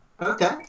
Okay